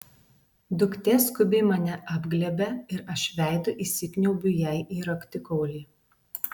duktė skubiai mane apglėbia ir aš veidu įsikniaubiu jai į raktikaulį